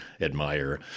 admire